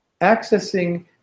accessing